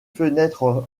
fenêtres